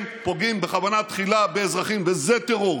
הם פוגעים בכוונה תחילה באזרחים, וזה טרור.